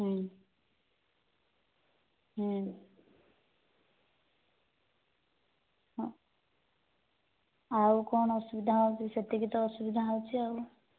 ହଁ ଆଉ କଣ ଅସୁବିଧା ହେଉଛି ସେତିକି ତ ଅସୁବିଧା ହେଉଛି ଆଉ